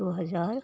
दू हजार